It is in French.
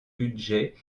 budgets